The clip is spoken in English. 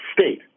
state